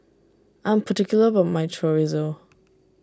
I'm particular about my Chorizo